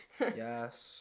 Yes